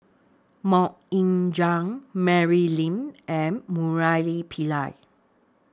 Mok Ying Jang Mary Lim and Murali Pillai